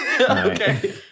Okay